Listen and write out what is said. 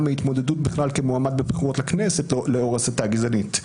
מהתמודדות כמועמד בבחירות לכנסת לאור הסתה גזענית.